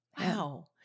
Wow